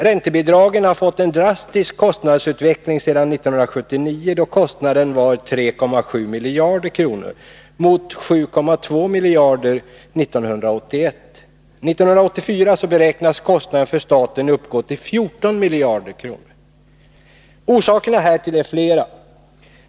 Räntebidragen har fått en drastisk kostnadsutveckling sedan 1979, då kostnaden var 3,7 miljarder kronor mot 7,2 miljarder kronor 1981. 1984 beräknas kostnaden för staten uppgå till 14 miljarder kronor. Orsakerna härtill är flera.